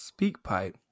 SpeakPipe